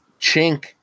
Chink